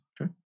Okay